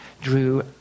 drew